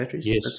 Yes